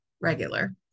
regular